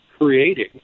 creating